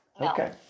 Okay